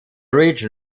region